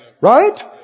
Right